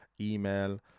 email